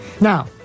Now